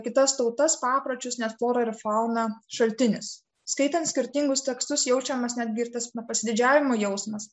kitas tautas papročius net florą ir fauną šaltinis skaitant skirtingus tekstus jaučiamas netgi ir tas pasididžiavimo jausmas